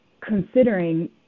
considering